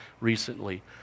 recently